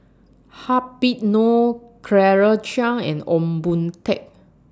Habib Noh Claire Chiang and Ong Boon Tat